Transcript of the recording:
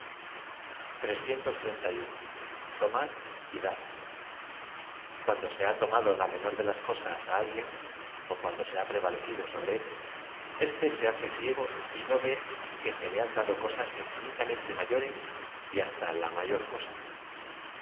tomar y dar cuando se ha tomado la menor de las cosas á a l guien ó cuando se ha prevalecido aobre é l éste se liace ciego y no v e que se le han dado cosas infinita mente mayores y hasta la m ayor cosa